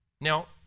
Now